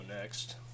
next